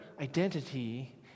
identity